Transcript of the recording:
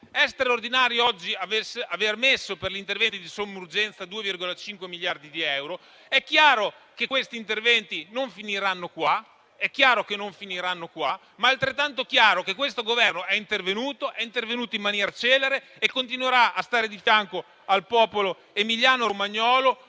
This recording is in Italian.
straordinario oggi aver stanziato per gli interventi di somma urgenza 2,5 miliardi di euro. È chiaro che questi interventi non finiranno qui, ma è altrettanto chiaro che questo Governo è intervenuto, lo ha fatto in maniera celere e continuerà a stare al fianco del popolo emiliano-romagnolo,